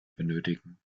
benötigen